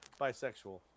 Bisexual